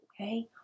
okay